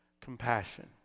compassion